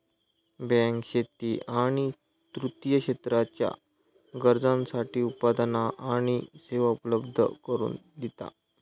bank शेती आणि तृतीय क्षेत्राच्या गरजांसाठी उत्पादना आणि सेवा उपलब्ध करून दिता